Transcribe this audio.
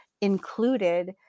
included